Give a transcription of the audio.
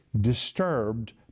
disturbed